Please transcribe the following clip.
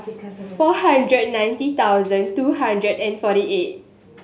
four hundred ninety thousand two hundred and forty eight